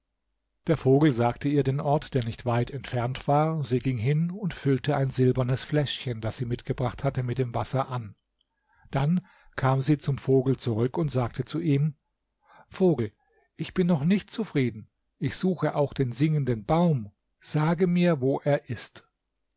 der vogel sagte ihr den ort der nicht weit entfernt war sie ging hin und füllte ein silbernes fläschchen das sie mitgebracht hatte mit dem wasser an dann kam sie zum vogel zurück und sagte zu ihm vogel ich bin noch nicht zufrieden ich suche auch den singenden baum sage mir wo er ist